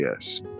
yes